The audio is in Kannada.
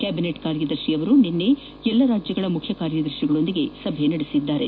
ಕ್ಯಾಬಿನೆಟ್ ಕಾರ್ಯದರ್ಶಿ ನಿನ್ನೆ ಎಲ್ಲಾ ರಾಜ್ಯಗಳ ಮುಖ್ಯ ಕಾರ್ಯದರ್ಶಿಗಳೊಂದಿಗೆ ಸಭೆ ನಡೆಸಿದ್ದರು